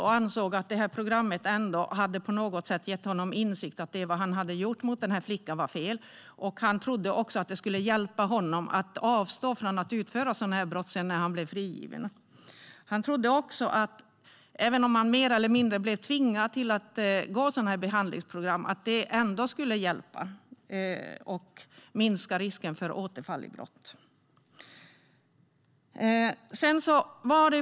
Han sa att programmet på något sätt hade gett honom insikten att det som han hade gjort mot flickan var fel. Han trodde också att det skulle hjälpa honom att avstå från att utföra sådana brott när han sedan blev frigiven. Även om han blev mer eller mindre tvingad till att gå i behandlingsprogram trodde han ändå att det skulle hjälpa och minska risken för återfall i brott.